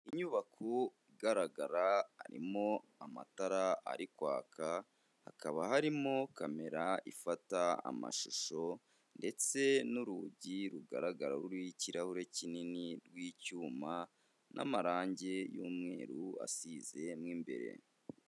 Inyubako igaragara harimo amatara ari kwaka, hakaba harimo kamera ifata amashusho ndetse n'urugi rugaragara ruriho ikirahure kinini rw'icyuma n'amarangi y'umweru asize mo imbere.